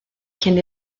cyn